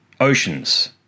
oceans